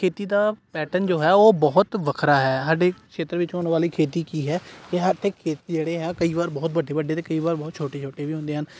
ਖੇਤੀ ਤਾਂ ਪੈਟਨ ਜੋ ਹੈ ਉਹ ਬਹੁਤ ਵੱਖਰਾ ਹੈ ਸਾਡੇ ਖੇਤਰ ਵਿੱਚ ਹੋਣ ਵਾਲੀ ਖੇਤੀ ਕੀ ਹੈ ਜਿਹੜੇ ਆ ਕਈ ਵਾਰ ਬਹੁਤ ਵੱਡੇ ਵੱਡੇ ਅਤੇ ਕਈ ਵਾਰ ਬਹੁਤ ਛੋਟੇ ਛੋਟੇ ਵੀ ਹੁੰਦੇ ਹਨ